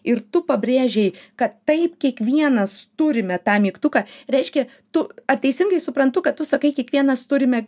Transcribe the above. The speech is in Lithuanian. ir tu pabrėžei kad taip kiekvienas turime tą mygtuką reiškia tu ar teisingai suprantu kad tu sakai kiekvienas turime